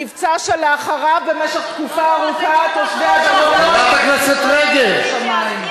מבצע שלאחריו במשך תקופה ארוכה תושבי הדרום לא הסתכלו על השמים.